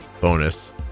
bonus